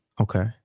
Okay